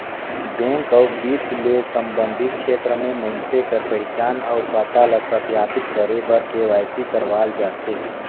bank अउ बित्त ले संबंधित छेत्र में मइनसे कर पहिचान अउ पता ल सत्यापित करे बर के.वाई.सी करवाल जाथे